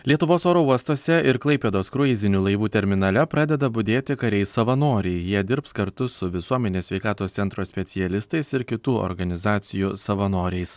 lietuvos oro uostuose ir klaipėdos kruizinių laivų terminale pradeda budėti kariai savanoriai jie dirbs kartu su visuomenės sveikatos centro specialistais ir kitų organizacijų savanoriais